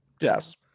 Yes